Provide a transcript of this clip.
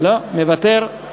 מוותר?